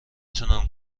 تونم